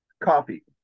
coffee